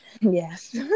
Yes